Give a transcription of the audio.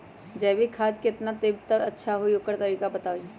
जैविक खाद केतना देब त अच्छा होइ ओकर तरीका बताई?